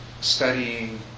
studying